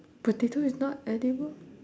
potato is not edible